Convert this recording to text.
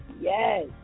Yes